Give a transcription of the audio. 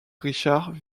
richard